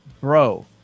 Bro